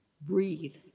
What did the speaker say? Breathe